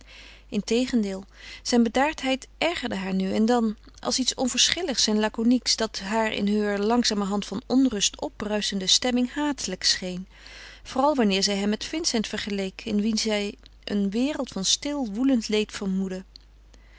integendeel zijn bedaardheid ergerde haar nu en dan als iets onverschilligs en laconieks dat haar in heure langzamerhand van onrust opbruisende stemming hatelijk scheen vooral wanneer zij hem met vincent vergeleek in wien zij een wereld van stil woelend leed vermoedde